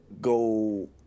go